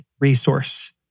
resource